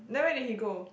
then where did he go